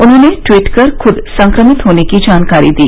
उन्होंने ट्वीट कर खुद संक्रमित होने की जानकारी दी